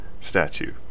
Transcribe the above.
statue